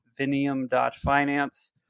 Vinium.finance